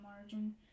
margin